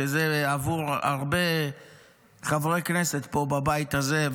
עבור הרבה חברי כנסת פה בבית הזה,